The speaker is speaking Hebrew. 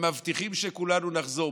הם מבטיחים שכולנו נחזור.